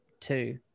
two